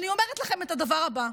אני אומרת לכם את הדבר הבא: